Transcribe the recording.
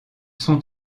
sont